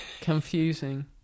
Confusing